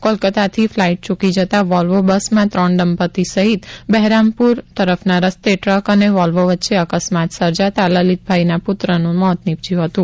કોલકાતાથી flight ચૂકી જતા Volvo બસમાં ત્રણ દંપત્તિ સહિત બહેરામપુર તરફના રસ્તે ટ્રક અને વોલ્વો બસ વચ્ચે અકસ્માત સર્જાતા લલિતભાઈના પુત્રનું મોત નિપજ્યું હતું